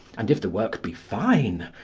and, if the work be fine,